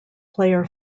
player